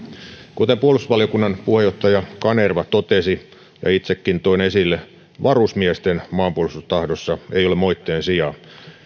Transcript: kuten puolustusvaliokunnan puheenjohtaja kanerva totesi ja itsekin toin esille varusmiesten maanpuolustustahdossa ei ole moitteen sijaa